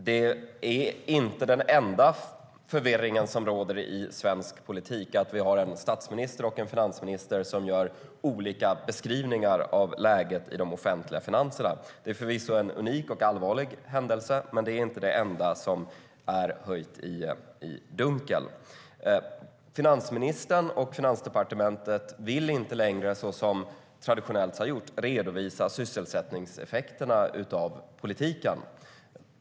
Herr talman! Att vi har en statsminister och en finansminister som ger olika beskrivningar av läget i de offentliga finanserna är inte den enda förvirring som råder i svensk politik. Det är förvisso en unik och allvarlig händelse, men det är inte det enda som är höljt i dunkel. Finansministern och Finansdepartementet vill inte längre på traditionellt vis redovisa sysselsättningseffekterna av politiken.